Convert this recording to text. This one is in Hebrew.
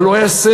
אבל הוא היה סמל.